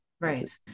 Right